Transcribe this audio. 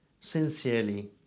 sincerely